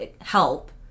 help